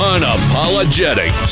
Unapologetic